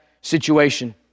situation